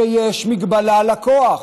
שיש מגבלה לכוח.